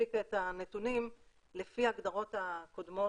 הפיקה את הנתונים לפי ההגדרות הקודמות,